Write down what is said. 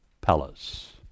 palace